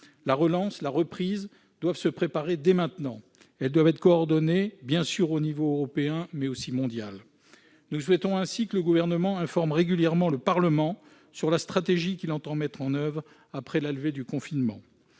La relance, la reprise doivent se préparer dès maintenant. Elles doivent être coordonnées, bien sûr au niveau européen, mais aussi mondial. Nous souhaitons ainsi que le Gouvernement informe régulièrement le Parlement sur la stratégie qu'il entend mettre en oeuvre après la levée du confinement,